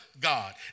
God